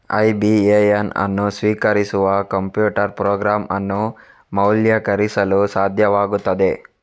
IBAN ಅನ್ನು ಸ್ವೀಕರಿಸುವ computer program ಅನ್ನು ಮೌಲ್ಯೀಕರಿಸಲು ಸಾಧ್ಯವಾಗುತ್ತದೆ